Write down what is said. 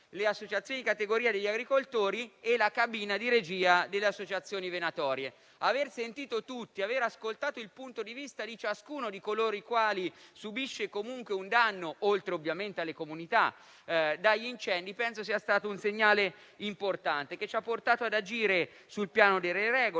le associazioni di categoria degli agricoltori e la cabina di regia delle associazioni venatorie. Aver sentito tutti e aver ascoltato il punto di vista di coloro i quali subiscono comunque un danno dagli incendi, oltre ovviamente alle comunità, penso sia stato un segnale importante, che ci ha portato ad agire sul piano delle regole,